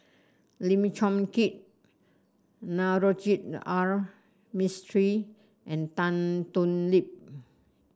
Lim Chong Keat Navroji R Mistri and Tan Thoon Lip